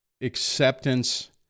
acceptance